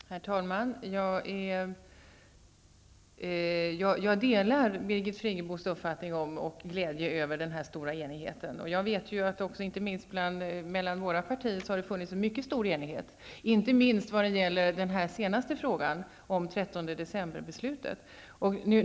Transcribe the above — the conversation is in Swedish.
Herr talman! Jag delar Birgit Friggebos uppfattning om och glädje över den stora enigheten. Jag vet att det har funnits en mycket stor enighet inte minst mellan våra partier. Det gäller inte minst den senaste frågan om 13 decemberbeslutet.